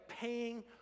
paying